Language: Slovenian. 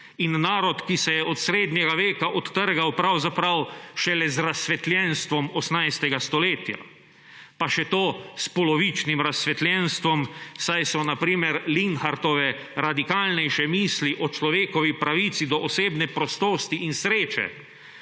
in narod, ki se je od srednjega veka odtrgal pravzaprav šele z razsvetljenstvom 18. stoletja, pa še to s polovičnim razsvetljenstvom, saj so na primer Linhartove radikalnejše misli o človekovi pravici do osebne prostosti in sreče